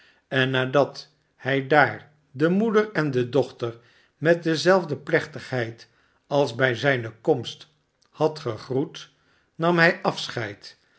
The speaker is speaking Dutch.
en nadat hij daar de moeder en de dochter met dezelfde plechtigheid als bij zijne komst had gegroet nam hij afscheid